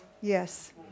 Yes